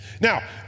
Now